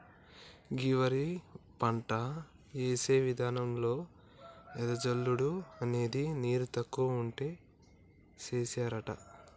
గీ వరి పంట యేసే విధానంలో ఎద జల్లుడు అనేది నీరు తక్కువ ఉంటే సేస్తారట